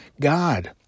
God